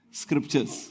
scriptures